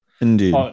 Indeed